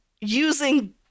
using